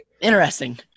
Interesting